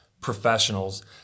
professionals